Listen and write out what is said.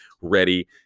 ready